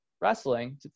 wrestling